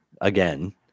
again